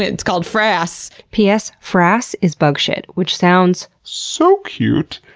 it's called frass. p s. frass is bug shit, which sounds so cute!